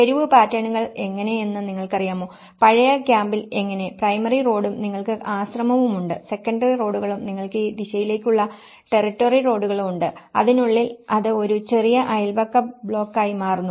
തെരുവ് പാറ്റേണുകൾ എങ്ങനെയെന്ന് നിങ്ങൾക്കറിയാമോ പഴയ ക്യാമ്പിൽ എങ്ങനെ പ്രൈമറി റോഡും നിങ്ങൾക്ക് ആശ്രമവും ഉണ്ട് സെക്കന്ററി റോഡുകളും നിങ്ങൾക്ക് ഈ ദിശയിലേക്കുള്ള ടെറിറ്റോറി റോഡുകളും ഉണ്ട് അതിനുള്ളിൽ അത് ഒരു ചെറിയ അയൽപക്ക ബ്ലോക്കായി മാറുന്നു